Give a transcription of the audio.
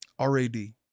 RAD